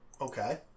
Okay